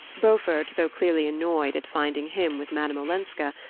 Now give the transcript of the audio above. beaufort, though clearly annoyed at finding him with madame olenska,